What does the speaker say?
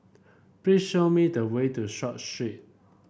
please show me the way to Short Street